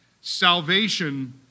Salvation